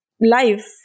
life